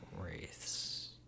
wraiths